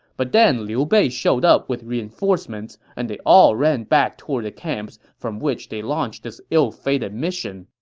but then liu bei showed up with reinforcements, and they all ran back toward the camps from which they launched this ill-fated mission.